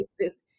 cases